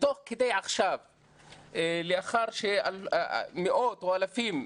לאחר שמאות או אלפים,